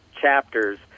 chapters